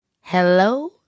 Hello